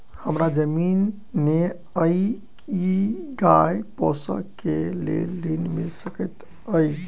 हमरा जमीन नै अई की गाय पोसअ केँ लेल ऋण मिल सकैत अई?